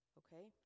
okay